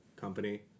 company